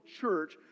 church